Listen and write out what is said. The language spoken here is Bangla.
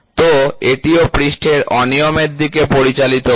তো এটিও পৃষ্ঠের অনিয়মের দিকে পরিচালিত করে